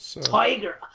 Tiger